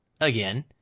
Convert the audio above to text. again